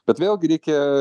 bet vėlgi reikia